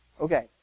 okay